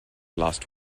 last